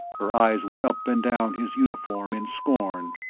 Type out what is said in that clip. her eyes went up and down his uniform in scorn.